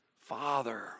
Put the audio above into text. Father